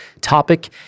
topic